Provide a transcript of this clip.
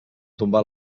tombar